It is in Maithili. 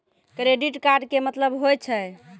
क्रेडिट कार्ड के मतलब होय छै?